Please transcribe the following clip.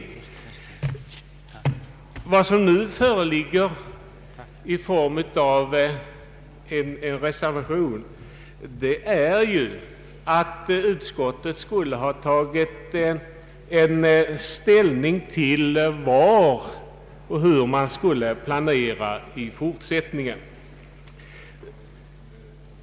Den Treservation som nu föreligger innebär faktiskt ett yrkande att utskottet skulle ha tagit ställning till var och hur man skall planera i fortsättningen.